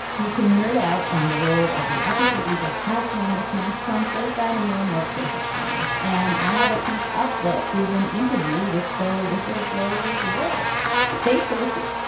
you can nerd out on the role of the office of legal counsel in this mess from slate dynamo mark joseph stern and i have a piece up that is an interview with the whistleblowers lawyers. thanks for listening.